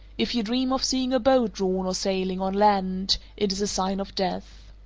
if you dream of seeing a boat drawn or sailing on land, it is a sign of death.